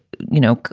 you know,